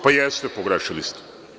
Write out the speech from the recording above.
Pa jeste, pogrešili ste.